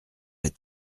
est